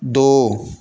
ਦੋ